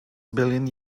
billion